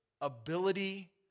ability